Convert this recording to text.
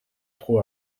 trop